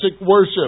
worship